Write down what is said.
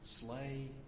slay